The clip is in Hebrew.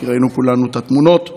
כי ראינו כולנו את התמונות,